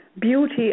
beauty